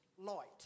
light